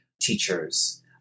teachers